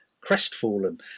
crestfallen